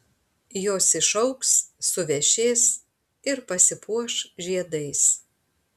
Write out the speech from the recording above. jos išaugs suvešės ir pasipuoš žiedais